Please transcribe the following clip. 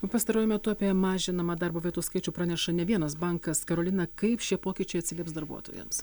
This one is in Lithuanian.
pastaruoju metu apie mažinamą darbo vietų skaičių praneša ne vienas bankas karolina kaip šie pokyčiai atsilieps darbuotojams